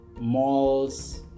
malls